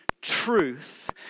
truth